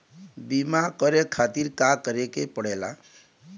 बीमा करे खातिर का करे के पड़ेला?